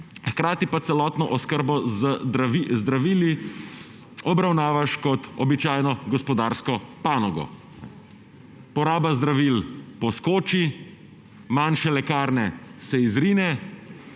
hkrati pa celotno oskrbo z zdravili obravnavaš kot običajno gospodarsko panogo. Poraba zdravil poskoči, manjše lekarne se izrine,